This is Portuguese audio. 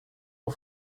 por